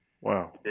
Wow